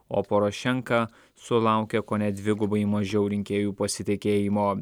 o porošenka sulaukė kone dvigubai mažiau rinkėjų pasitikėjimo